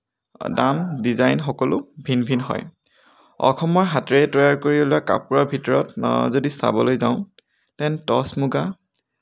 দাম ডিজাইন সকলো ভিন ভিন হয় অসমৰ হাতেৰে তৈয়াৰ কৰি উলিওৱা কাপোৰৰ ভিতৰত যদি চাবলৈ যাওঁ তেন্তে টচ মূগা